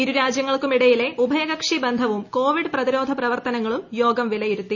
ഇരു രാജ്യങ്ങൾക്കും ഇടയിലെ ഉഭയകക്ഷി ബന്ധവും കോവിഡ് പ്രതിരോധ പ്രവർത്തനങ്ങളും യോഗം വിലയിരുത്തി